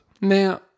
Now